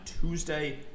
Tuesday